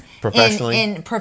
Professionally